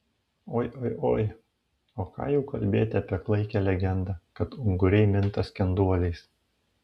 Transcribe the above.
oi oi oi o ką jau kalbėti apie klaikią legendą kad unguriai minta skenduoliais